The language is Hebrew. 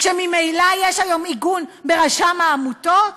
כשממילא יש היום עיגון ברשם העמותות?